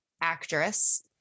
actress